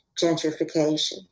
gentrification